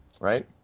Right